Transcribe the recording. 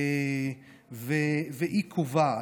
והיא קובעת.